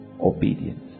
Obedience